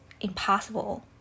impossible